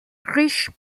riche